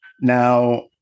now